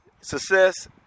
success